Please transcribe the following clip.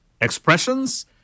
Expressions